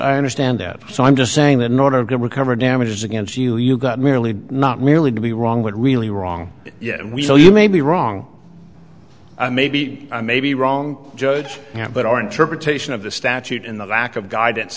i understand that so i'm just saying that in order to recover damages against you you got nearly not merely to be wrong but really wrong yet and we so you may be wrong i may be i may be wrong judge but our interpretation of the statute in the lack of guidance